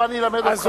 בוא אני אלמד אותך,